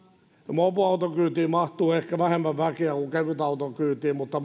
mopoauton kyytiin mahtuu ehkä vähemmän väkeä kuin kevytauton kyytiin mutta